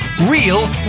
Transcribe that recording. Real